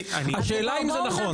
השאלה אם זה נכון.